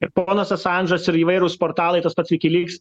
ir ponas asandžas ir įvairūs portalai tas pats wikileaks